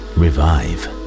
revive